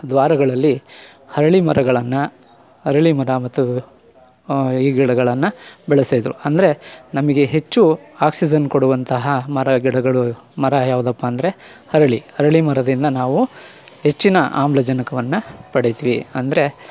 ದ್ವಾರಗಳಲ್ಲಿ ಅರಳಿ ಮರಗಳನ್ನು ಅರಳಿ ಮರ ಮತ್ತು ಈ ಗಿಡಗಳನ್ನು ಬೆಳೆಸ್ತಾಯಿದ್ರು ಅಂದರೆ ನಮಗೆ ಹೆಚ್ಚು ಆಕ್ಸಿಜನ್ ಕೊಡುವಂತಹ ಮರಗಿಡಗಳು ಮರ ಯಾವುದಪ್ಪಾ ಅಂದರೆ ಅರಳಿ ಅರಳಿ ಮರದಿಂದ ನಾವು ಹೆಚ್ಚಿನ ಆಮ್ಲಜನಕವನ್ನು ಪಡೆತ್ವಿ ಅಂದರೆ